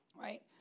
Right